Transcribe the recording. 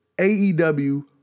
AEW